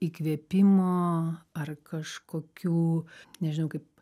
įkvėpimo ar kažkokių nežinau kaip